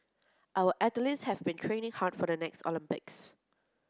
our athletes have been training hard for the next Olympics